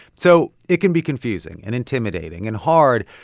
so it can be confusing and intimidating and hard.